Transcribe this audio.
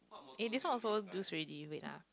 eh this one also use already wait ah